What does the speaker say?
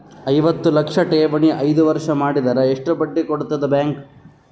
ಐವತ್ತು ಲಕ್ಷ ಠೇವಣಿ ಐದು ವರ್ಷ ಮಾಡಿದರ ಎಷ್ಟ ಬಡ್ಡಿ ಕೊಡತದ ಬ್ಯಾಂಕ್?